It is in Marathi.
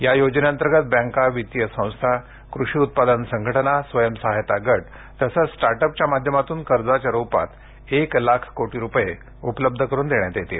या योजने अंतर्गत बँका वित्तीय संस्था कृषी उत्पादन संघटना स्वयं सहायता गट तसंच स्टार्ट अपच्या माध्यमातून कर्जाच्या रुपात एक लाख कोटी रुपये उपलब्ध करून देण्यात येतील